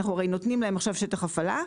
אנחנו הרי נותנים להם עכשיו שטח הפעלה,